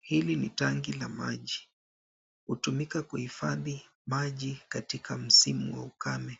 Hili ni tanki la maji. Hutumika kuhifadhi maji katika msimu wa ukame.